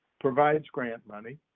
provides grant money,